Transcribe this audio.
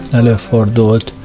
előfordult